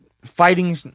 fighting